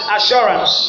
Assurance